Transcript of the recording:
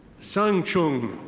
tsang chung.